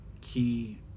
key